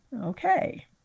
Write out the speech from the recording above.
okay